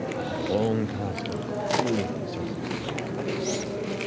i have a long past of doing sort of the breaking and entering thing.